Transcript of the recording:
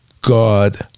God